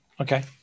Okay